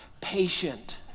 Patient